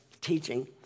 teaching